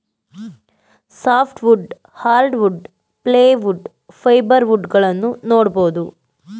soft wood, hard wood, ply wood, fibre wood ಗಳನ್ನೂ ನೋಡ್ಬೋದು